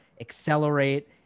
accelerate